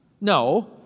No